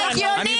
זה הגיוני?